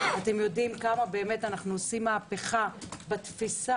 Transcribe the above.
אתם יודעים כמה אנחנו עושים מהפכה בתפיסה.